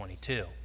22